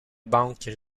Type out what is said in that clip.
banques